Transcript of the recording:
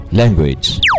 language